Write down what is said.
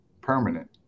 permanent